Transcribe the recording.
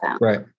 Right